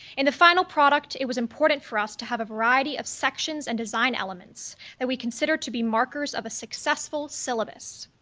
in the final product, it was important for us to have a variety of sections and design elements that we consider to be markers of a successful syllabus.